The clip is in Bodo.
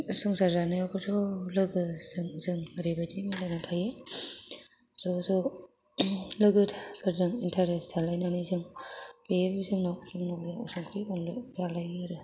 संसार जानायावबोथ' लोगोजों जों ओरैबायदि मिलायनानै थायो ज'ज' लोगोफोरजों इन्ट्रेस्ट थालायनानै जों बेयावबो जोंनाव संख्रि बानलु जालायो आरो